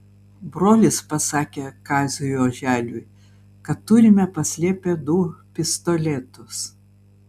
brolis pasakė kaziui oželiui kad turime paslėpę du pistoletus